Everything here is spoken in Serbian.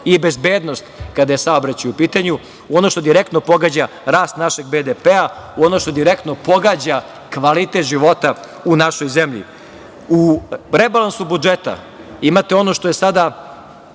i bezbednost kada je saobraćaj u pitanju, u ono što direktno pogađa rast našeg BDP, u ono što direktno pogađa kvalitet života u našoj zemlji?U rebalansu budžeta imate ono što je sada